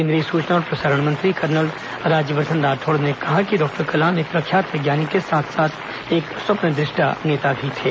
केंद्रीय सुचना और प्रसारण मंत्री कर्नल राज्यवर्धन राठौड़ ने कहा कि डॉक्टर कलाम एक प्रख्यात वैज्ञानिक के साथ साथ एक स्वप्नदृष्टा नेता थे